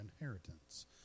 inheritance